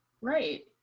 right